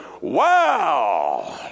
Wow